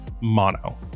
Mono